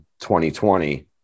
2020